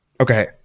Okay